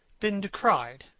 been decried,